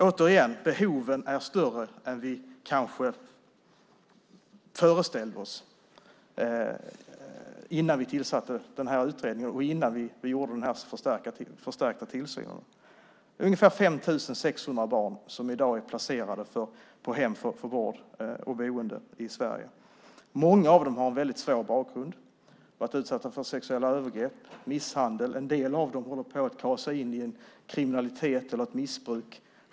Återigen: Behoven är större än vad vi kanske föreställde oss innan vi tillsatte den här utredningen och innan vi gjorde den förstärkta tillsynen. Ungefär 5 600 barn är i dag är placerade på hem för vård och boende i Sverige. Många av dem har en väldigt svår bakgrund, har varit utsatta för sexuella övergrepp och misshandel. En del av dem håller själva på att ta sig in i kriminalitet eller missbruk.